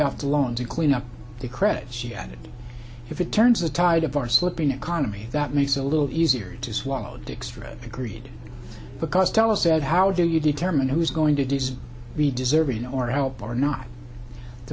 the loans and clean up the credit she added if it turns the tide of are slipping economy that makes a little easier to swallow dextre agreed because tell us said how do you determine who's going to be deserving or help are not the